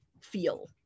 feel